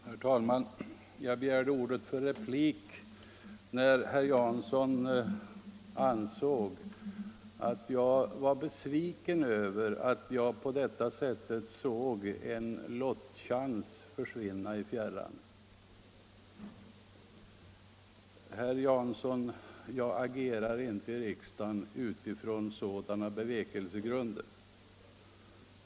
Herr talman! Jag begärde ordet för replik när herr Jansson påstod att jag skulle vara besviken över att jag här såg en lottningschans försvinna Herr Jansson! Jag agerar inte i riksdagen utifrån sådana bevekelsegrunder.